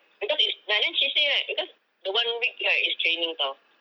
because it's ya then she say right because the one week is training [tau]